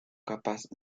capas